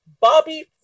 Bobby